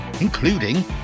including